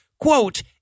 quote